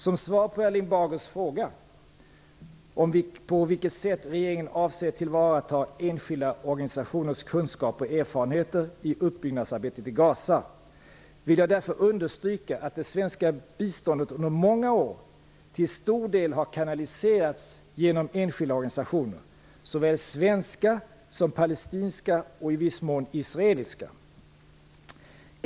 Som svar på Erling Bagers fråga om på vilket sätt regeringen avser tillvarata enskilda organisationers kunskaper och erfarenheter i uppbyggnadsarbetet i Gaza, vill jag därför understryka att det svenska biståndet under många år till stor del har kanaliserats genom enskilda organisationer, såväl svenska som palestinska och i viss mån israeliska.